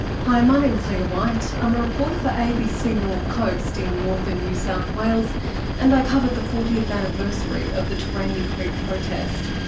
hi, my name is leah white, i'm a reporter for abc north coast in northern new south wales and i covered the fortieth anniversary of the terania creek protest.